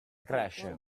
cresce